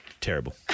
terrible